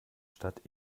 stadt